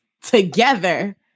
together